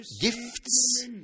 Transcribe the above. gifts